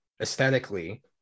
aesthetically